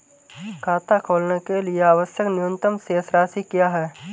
खाता खोलने के लिए आवश्यक न्यूनतम शेष राशि क्या है?